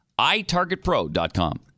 ITargetPro.com